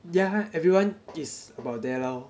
yeah everyone is about there lor